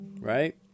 right